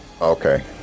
Okay